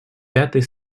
пятой